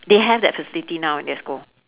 they have that facility now in that school